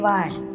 one